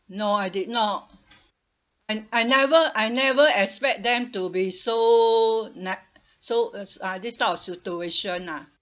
no I did not I I never I never expect them to be so neg~ so is uh this type of situation ah